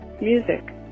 music